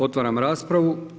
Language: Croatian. Otvaram raspravu.